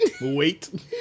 Wait